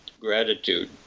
gratitude